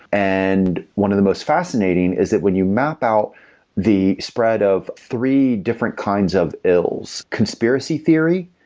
and one of the most fascinating is that when you map out the spread of three different kinds of ills, conspiracy theory,